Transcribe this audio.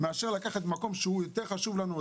מאשר לקחת ממקום שהוא יותר חשוב לנו,